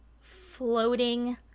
floating